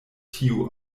tiu